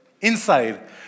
inside